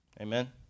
Amen